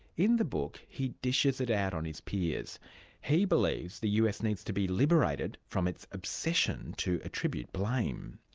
in the book, he dishes it out on his peers. he believes the us needs to be liberated from its obsession to attribute blame.